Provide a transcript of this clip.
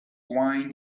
wine